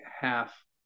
half